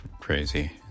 crazy